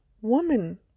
woman